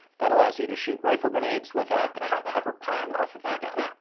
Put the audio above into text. that allows you to shoot rifle grenades without the top cover popping off of the gun.